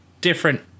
different